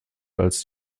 als